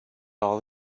all